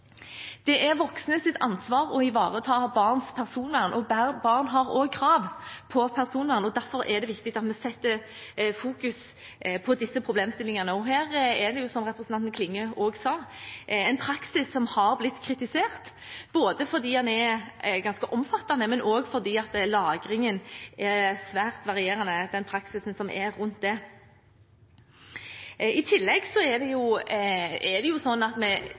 Det er voksnes ansvar å ivareta barns personvern, barn har også krav på personvern, og derfor er det viktig at vi setter fokus på disse problemstillingene. Her er det, som representanten Klinge også sa, en praksis som har blitt kritisert, fordi den er ganske omfattende, men også fordi praksisen rundt lagringen er svært varierende. I tillegg er vi på teknologisiden i